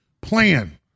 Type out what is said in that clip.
plan